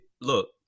Look